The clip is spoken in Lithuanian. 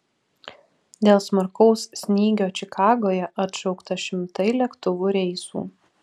dėl smarkaus snygio čikagoje atšaukta šimtai lėktuvų reisų